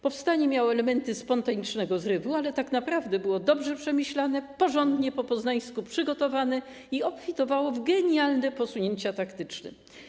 Powstanie miało elementy spontanicznego zrywu, ale tak naprawdę było dobrze przemyślane, porządnie, po poznańsku przygotowane i obfitowało w genialne posunięcia taktyczne.